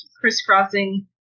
crisscrossing